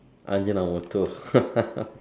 I mean I was told